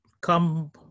come